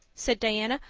said diana.